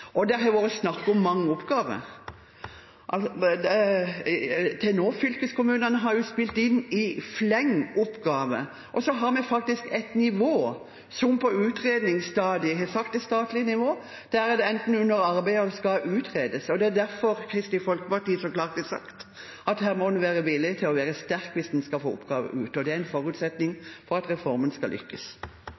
oppgaver. Det har vært snakk om mange oppgaver. Til nå har fylkeskommunene spilt inn oppgaver i fleng. Så har vi faktisk et nivå som er på utredningsstadiet – det er sagt på statlig nivå – det er enten under arbeid eller skal utredes. Det er derfor Kristelig Folkeparti så klart har sagt at en her må være villig til å være sterk hvis en skal få oppgaver ut, og det er en forutsetning for at reformen skal lykkes.